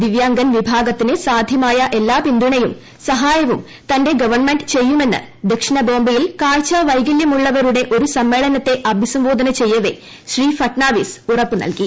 ദിവ്യാംഗൻ വിഭാഗത്തിന് സാധ്യമായ എല്ലാ പിന്തു്ണ്യും സഹായവും തന്റെ ഗവൺമെന്റ് ചെയ്യുമെന്ന് ദക്ഷിണ ബോംബെയിൽ കാഴ്ചവൈകല്യമുള്ളവരുടെ ഒരു സമ്മേളനത്തെ അഭിസംബോധന ചെയ്യവേ ശ്രീ ഫട്നാവിസ് ഉറപ്പ് നൽകി